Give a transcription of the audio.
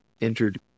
entered